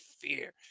fear